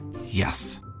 Yes